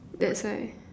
that's why